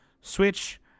switch